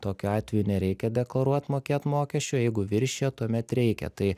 tokiu atveju nereikia deklaruot mokėt mokesčio o jeigu viršija tuomet reikia tai